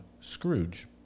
Scrooge